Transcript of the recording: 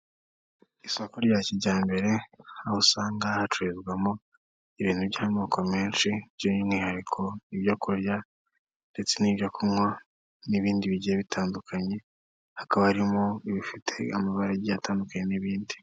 Isoko rya kijyambere, aho usanga hacururizwamo, ibintu by'amoko menshi by'umwihariko ibyo kurya, ndetse n'ibyo kunywa, n'ibindi bigiye bitandukanye, hakaba harimo ibifite amabara agiye atandukanye n'ibindi.